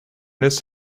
this